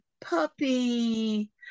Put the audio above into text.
puppy